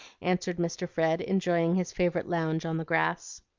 answered mr. fred, enjoying his favorite lounge on the grass.